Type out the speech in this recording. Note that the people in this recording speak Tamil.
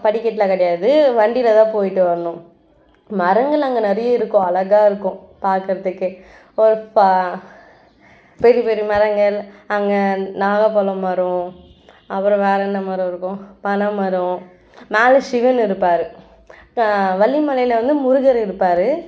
படிக்கெட்டுலாம் கிடையாது வண்டியில் தான் போயிவிட்டு வரணும் மரங்கள் அங்கே நிறைய இருக்கும் அழகா இருக்கும் பார்க்குறதுக்கு ஒரு ப பெரிய பெரிய மரங்கள் அங்கே நவாப்பலம் மரம் அப்புறம் வேறு என்ன மரம் இருக்கும் பனை மரம் நாலு சிவன் இருப்பார் இப்போ வள்ளிமலை வந்து முருகர் இருப்பார்